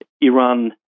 Iran